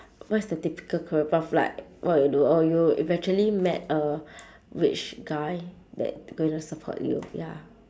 what's the typical career path like what you do oh you eventually met a rich guy that going to support you ya